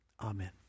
Amen